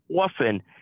often